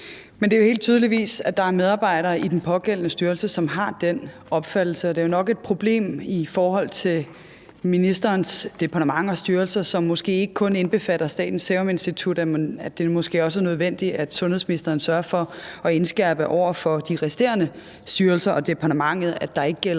Men der er tydeligvis en medarbejder i den pågældende styrelse, som har den opfattelse, og det er jo nok et problem i forhold til ministerens departement og styrelser, som måske ikke kun indbefatter Statens Serum Institut. Altså, det er måske også nødvendigt, at sundhedsministeren sørger for at indskærpe over for de resterende styrelser og departementet, at der ikke gælder